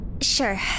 Sure